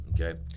Okay